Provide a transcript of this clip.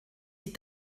die